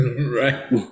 Right